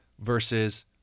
versus